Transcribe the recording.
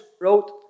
wrote